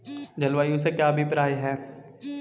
जलवायु से क्या अभिप्राय है?